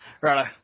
Right